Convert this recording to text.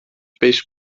beş